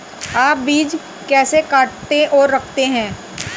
आप बीज कैसे काटते और रखते हैं?